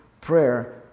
prayer